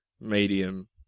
medium